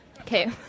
Okay